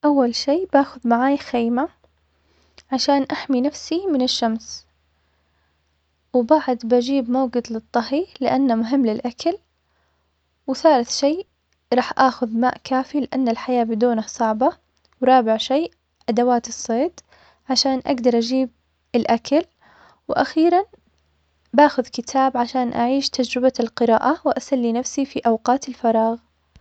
أول شي باخد معاي خيمة, علشان أحمي نفسي من الشمس, وبعد بجيب موقد للطهي, علشان مهم للأكل, وثالث شي, راح أخد ماء كافي, لأن الحياة بدونه صعبة, ورابع شئ أدوات الصيد, علشان أقد أجيب الأكل, وأخيرا باخد كتاب علشان أعيش تجربة القراءة, وأسلي نفسي في أوقات الفراغ.